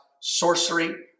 sorcery